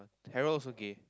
Harolds okay